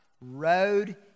Road